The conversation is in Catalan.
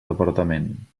departament